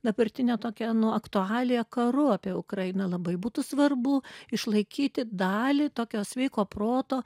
dabartine tokia nu aktualija karu apie ukrainą labai būtų svarbu išlaikyti dalį tokio sveiko proto